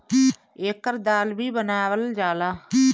एकर दाल भी बनावल जाला